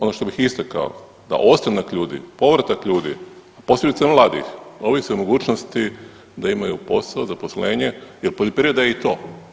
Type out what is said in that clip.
Ono što bih istakao da ostanak ljudi, povratak ljudi posebice mladih ovisi o mogućnosti da imaju posao, zaposlenje, jer poljoprivreda je i to.